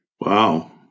wow